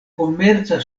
komerca